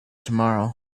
tomorrow